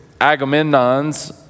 Agamemnon's